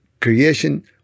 creation